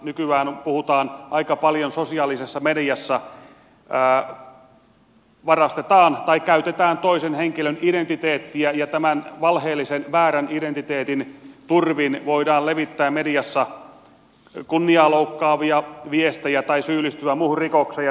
nykyään aika paljon sosiaalisessa mediassa varastetaan tai käytetään toisen henkilön identiteettiä ja tämän valheellisen väärän identiteetin turvin voidaan levittää mediassa kunniaa loukkaavia viestejä tai syyllistyä muuhun rikokseen